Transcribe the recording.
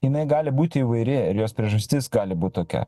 jinai gali būti įvairi ir jos priežastis gali būt tokia